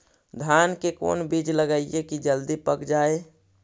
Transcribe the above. धान के कोन बिज लगईयै कि जल्दी पक जाए?